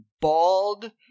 bald